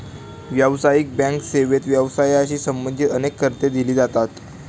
व्यावसायिक बँक सेवेत व्यवसायाशी संबंधित अनेक कर्जे दिली जातात